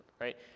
right